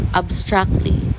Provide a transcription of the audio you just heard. abstractly